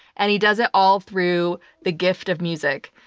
and he does it all through the gift of music,